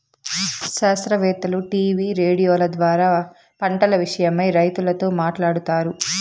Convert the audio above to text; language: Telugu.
శాస్త్రవేత్తలు టీవీ రేడియోల ద్వారా పంటల విషయమై రైతులతో మాట్లాడుతారు